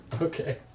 Okay